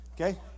Okay